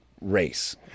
race